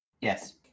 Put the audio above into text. Yes